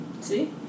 See